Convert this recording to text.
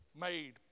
made